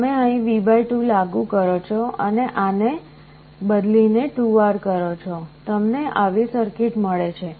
તમે અહીં V2 લાગુ કરો છો અને આને બદલી ને 2R કરો છો તમને આવી સર્કિટ મળે છે